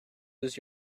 lose